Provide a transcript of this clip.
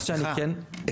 סליחה,